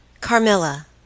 Carmilla